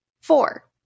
Four